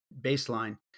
baseline